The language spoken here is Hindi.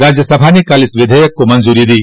राज्यसभा ने कल इस विधेयक को मंजरी दी